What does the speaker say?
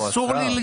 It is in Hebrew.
אסור לי.